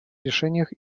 решениях